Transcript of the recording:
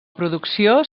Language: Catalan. producció